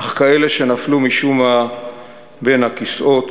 אך כאלה שנפלו משום מה בין הכיסאות,